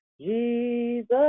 Jesus